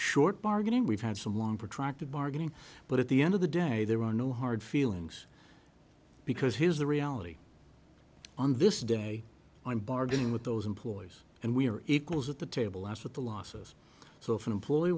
short bargaining we've had some long protracted bargaining but at the end of the day there are no hard feelings because here's the reality on this day i'm bargaining with those employees and we are equals at the table as with the losses so if an employee